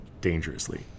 dangerously